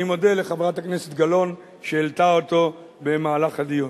אני מודה לחברת הכנסת גלאון שהעלתה אותו במהלך הדיון.